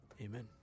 Amen